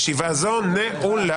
ישיבה זו נעולה.